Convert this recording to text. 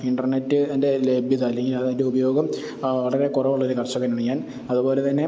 ഇൻറ്റർനെറ്റിൻ്റെ ലഭ്യത അല്ലെങ്കിൽ അത് അതിൻ്റെ ഉപയോഗം വളരെ കുറവൊള്ളൊരു കർഷകനാണ് ഞാൻ അതു പോലെ തന്നെ